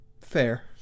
Fair